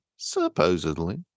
Supposedly